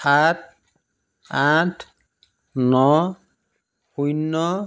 সাত আঠ ন শূন্য